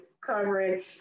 covering